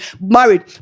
married